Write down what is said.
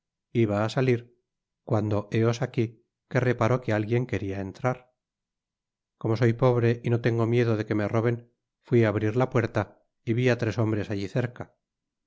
iba á salir cuando heos aqui que reparo que alguien queria ewtrar como soy pobre y no tengo miedo de que me roben füi á brir la puerta y vi á tres hombres alli cerca